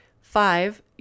Five